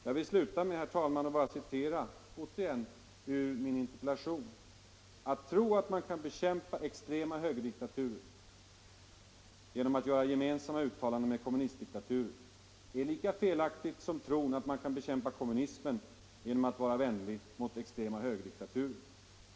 Jag vill sluta, herr talman, med att bara citera ur min interpellation: ”Att tro att man kan bekämpa extrema högerdiktaturer genom att göra gemensamma uttalanden med kommunistdiktaturer, är lika felaktigt som tron på att man kan bekämpa kommunismen genom att vara vänlig mot extrema högerdiktaturer.